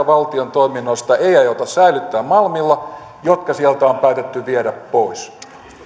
valtion toiminnoista ei aiota säilyttää malmilla jotka sieltä on päätetty viedä pois